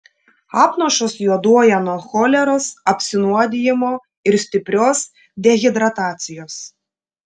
apnašos juoduoja nuo choleros apsinuodijimo ir stiprios dehidratacijos